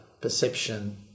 perception